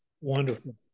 Wonderful